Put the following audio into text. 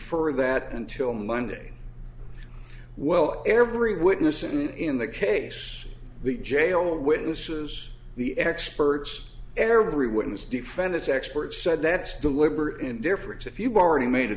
er that until monday well every witness and in the case the jail witnesses the experts every witness defense expert said that's deliberate indifference if you've already made a